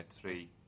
three